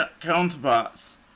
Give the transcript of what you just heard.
counterparts